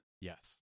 yes